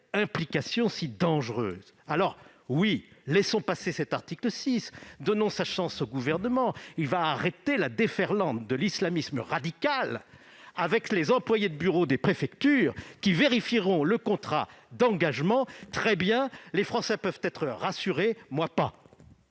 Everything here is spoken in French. implication si dangereuse. Alors, oui, laissons passer cet article 6. Donnons sa chance au Gouvernement. Il va arrêter la déferlante de l'islamisme radical grâce aux employés de bureau des préfectures qui vérifieront le contrat d'engagement. Les Français peuvent être rassurés, moi pas